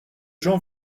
jean